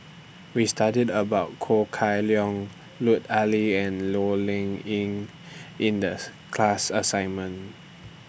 We studied about Ho Kah Leong Lut Ali and Low Ing Sing in This class assignment